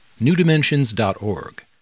newdimensions.org